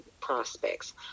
prospects